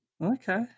Okay